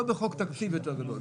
לא בחוק תקציב יותר גדול.